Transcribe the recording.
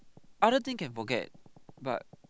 other thing can forget but